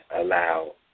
allow